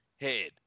head